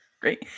Great